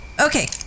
Okay